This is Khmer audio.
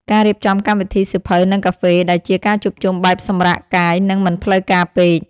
ការរៀបចំកម្មវិធី សៀវភៅ និងកាហ្វេ ដែលជាការជួបជុំបែបសម្រាកកាយ និងមិនផ្លូវការពេក។